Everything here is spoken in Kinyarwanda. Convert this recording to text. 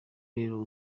rero